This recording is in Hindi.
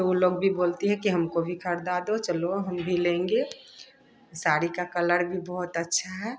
तो वो लोग भी बोलती हैं कि हमको भी खरीदा दो चलो हम भी लेंगे साड़ी का कलर भी बहुत अच्छा है